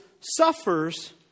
suffers